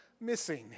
missing